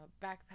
backpack